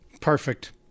Perfect